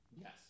yes